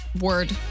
word